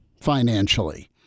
financially